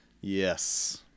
Yes